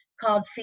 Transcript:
called